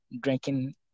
drinking